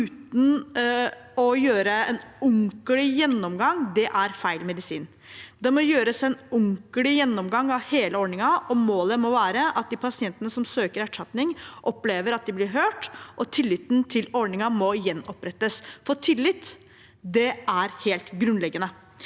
uten å gjøre en ordentlig gjennomgang er feil medisin. Det må gjøres en ordentlig gjennomgang av hele ordningen, og målet må være at de pasientene som søker erstatning, opplever at de blir hørt. Tilliten til ordningen må gjenopprettes, for tillit er helt grunnleggende.